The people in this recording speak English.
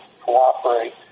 cooperate